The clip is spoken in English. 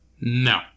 No